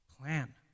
plan